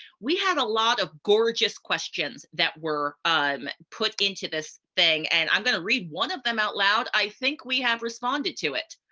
we have a lot of gorgeous questions that were um put into this thing and i'm going to read one of them out loud. i think we have responded to it.